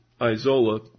Isola